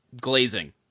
glazing